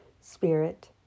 Spirit